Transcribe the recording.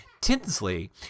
Tinsley